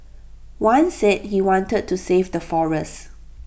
one said he wanted to save the forests